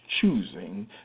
choosing